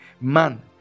man